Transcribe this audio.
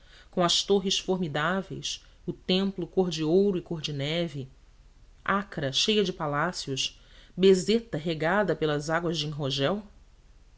com as torres formidáveis o templo cor de ouro e cor de neve acra cheia de palácios bezeta regada pelas águas de enrogel